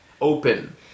open